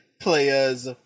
players